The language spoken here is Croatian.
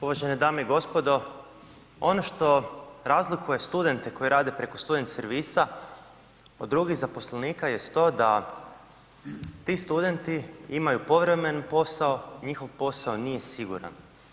Uvažene dame i gospodo, ono što razlikuje studente koji rade preko student servisa od drugih zaposlenika jest to da ti studenti imaju povremeni posao, njihov posao nije siguran.